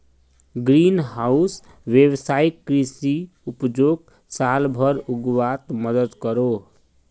green house वैवसायिक कृषि उपजोक साल भर उग्वात मदद करोह